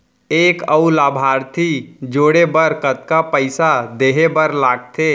एक अऊ लाभार्थी जोड़े बर कतका पइसा देहे बर लागथे?